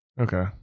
Okay